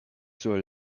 sur